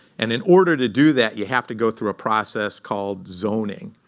and in order to do that, you have to go through a process called zoning,